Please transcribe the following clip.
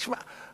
תשמע,